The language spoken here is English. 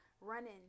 Running